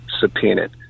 subpoenaed